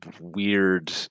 weird